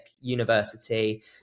university